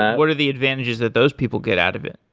what are the advantages that those people get out of it?